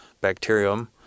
bacterium